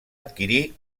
adquirir